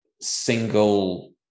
single